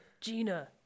gina